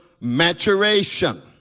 Maturation